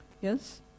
Yes